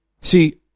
See